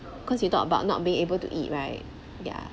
cause you talk about not being able to eat right ya